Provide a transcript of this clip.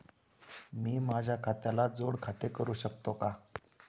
मी माझ्या खात्याला जोड खाते करू शकतो का?